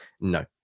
no